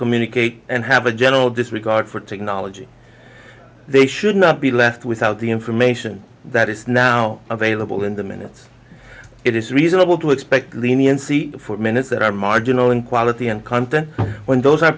communicate and have a general disregard for technology they should not be left without the information that is now available in the minutes it is reasonable to expect leniency for minutes that are marginal in quality and content when those are